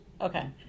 Okay